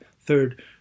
third